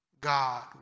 God